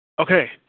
Okay